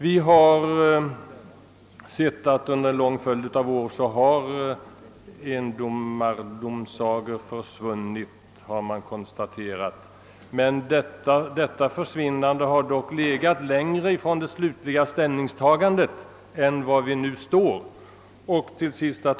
Under en följd av år har man kunnat konstatera att endomardomsagorna har försvunnit, men detta har skett vid en tidpunkt som legat relativt långt före det slutliga ställningstagande som vi nästa år skall göra.